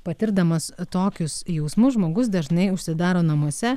patirdamas tokius jausmus žmogus dažnai užsidaro namuose